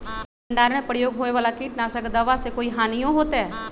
भंडारण में प्रयोग होए वाला किट नाशक दवा से कोई हानियों होतै?